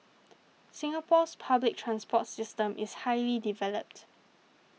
Singapore's public transport system is highly developed